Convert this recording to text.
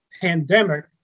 pandemic